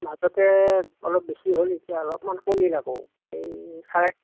মাজতে অলপ বেছি হ'ল এতিয়া অলপমান কমিলে আকৌ এই চাৰে